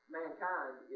mankind